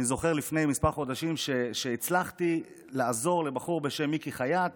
אני זוכר שלפני כמה חודשים הצלחתי לעזור לבחור בשם מיקי חייט